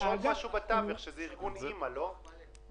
יש עוד משהו בתווך, שזה ארגון א.מ.א.